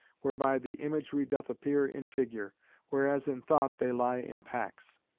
whereby the imagery doth appear in figure whereas in thought they lie in packs